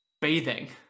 Bathing